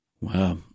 Wow